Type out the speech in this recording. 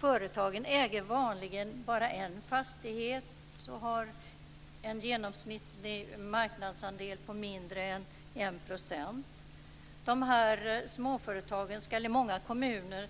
Företagen äger vanligen bara en fastighet och har en genomsnittlig marknadsandel på mindre än 1 %. De här småföretagen ska i många kommuner